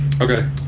Okay